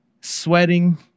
sweating